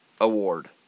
Award